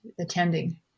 attending